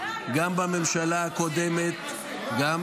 גם בממשלה הקודמת --- תקריא את התשובה.